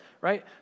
right